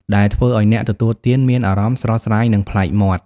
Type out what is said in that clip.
ដែលធ្វើឲ្យអ្នកទទួលទានមានអារម្មណ៍ស្រស់ស្រាយ និងប្លែកមាត់។